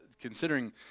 considering